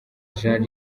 jean